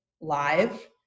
live